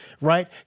right